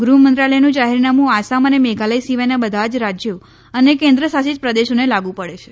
ગૃહ મંત્રાલયનું જાહેરનામું આસામ અને મેઘાલય સિવાયના બધા જ રાજયો અને કેન્દ્ર શાસિત પ્રદેશોને લાગુ પડે છે